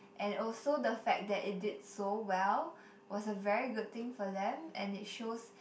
and also the fact that it did so well was a very good thing for them and it shows